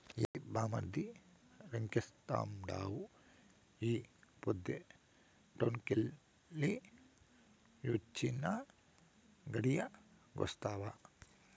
ఏంది బామ్మర్ది రంకెలేత్తండావు ఈ పొద్దే టౌనెల్లి వొచ్చినా, గడియాగొస్తావా